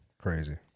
Crazy